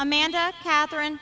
amanda catherine